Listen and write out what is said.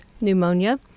pneumonia